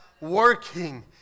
working